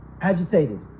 agitated